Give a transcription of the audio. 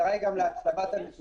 המטרה היא גם הצלבת הנתונים.